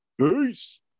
peace